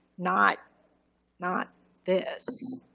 not not this.